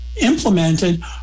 implemented